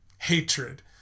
Hatred